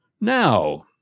Now